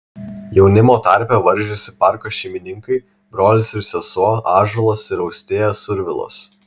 jaunimo tarpe varžėsi parko šeimininkai brolis ir sesuo ąžuolas ir austėja survilos